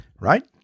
right